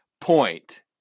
point